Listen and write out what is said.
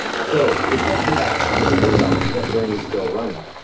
so it's up to us to get the word out that bernie is still running,